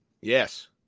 Yes